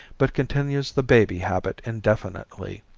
but continues the baby habit indefinitely.